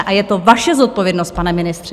A je to vaše zodpovědnost, pane ministře.